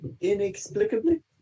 inexplicably